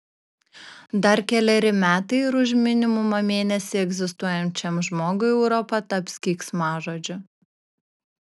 dar keleri metai ir už minimumą mėnesį egzistuojančiam žmogui europa taps keiksmažodžiu